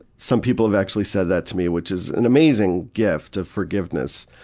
some people have actually said that to me, which is an amazing gift of forgiveness,